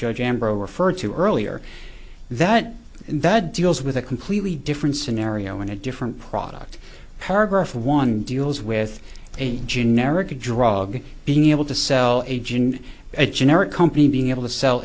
judge ambrose referred to earlier that that deals with a completely different scenario in a different product paragraph one deals with a generic drug being able to sell age in a generic company being able to sell